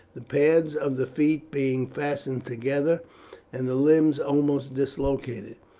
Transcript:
the pads of the feet being fastened together and the limbs almost dislocated.